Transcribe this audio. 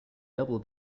double